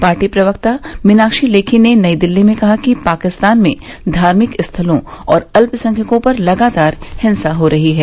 party प्रवक्ता मीनाक्षी लेखी ने नई दिल्ली में कहा कि पाकिस्तान में धार्मिक स्थलों और अल्पसंख्यकों पर लगातार हिंसा हो रही है